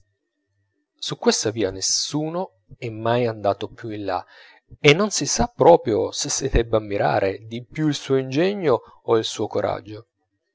su questa via nessuno è mai andato più in là e non si sa proprio se si debba ammirare di più il suo ingegno o il suo coraggio